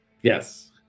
Yes